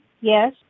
yes